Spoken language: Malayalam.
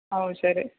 ഓ ശരി